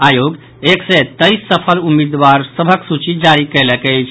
आयोग एक सय तेईस सफल उम्मीदवार सभक सूची जारी कयलक अछि